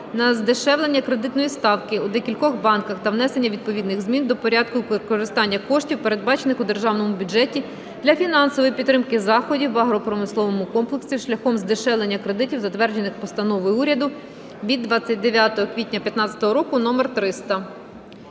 на здешевлення кредитної ставки у декількох банках та внесення відповідних змін до Порядку використання коштів, передбачених у державному бюджеті для фінансової підтримки заходів в агропромисловому комплексі шляхом здешевлення кредитів, затверджених постановою Уряду від 29 квітня 2015 року № 300.